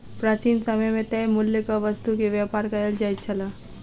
प्राचीन समय मे तय मूल्यक वस्तु के व्यापार कयल जाइत छल